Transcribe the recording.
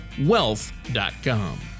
wealth.com